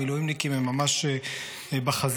המילואימניקים הם ממש בחזית,